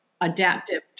adaptive